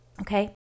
okay